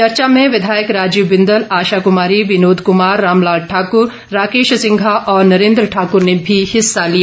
चर्चा में विधायक राजीव बिंदल आशा कुमारी विनोद कुमार राम लाल ठाकुर राकेश सिंघा और नरेंद्र ठाकुर ने भी हिस्सा लिया